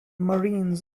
marines